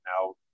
now